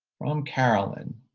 from carolyn,